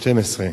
2012,